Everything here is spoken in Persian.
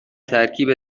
ترکیب